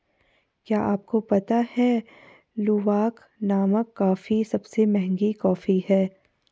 क्या आपको पता है लूवाक नामक कॉफ़ी सबसे महंगी कॉफ़ी है?